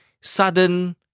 sudden